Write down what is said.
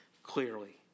Clearly